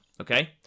okay